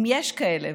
אם יש כאלה,